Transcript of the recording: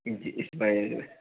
जी